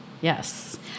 Yes